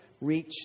reach